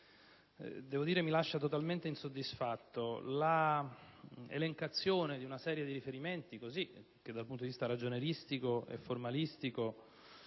che però mi lascia totalmente insoddisfatto. L'elencazione di una serie di riferimenti, che dal punto ragionieristico e formalistico